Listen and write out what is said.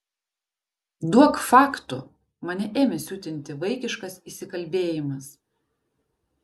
duok faktų mane ėmė siutinti vaikiškas įsikalbėjimas